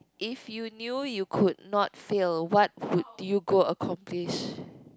if you knew you could not feel what would you go accomplish